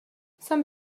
some